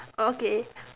okay